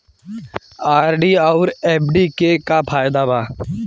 RD आउर FD के का फायदा बा?